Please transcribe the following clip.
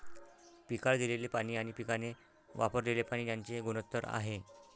पिकाला दिलेले पाणी आणि पिकाने वापरलेले पाणी यांचे गुणोत्तर आहे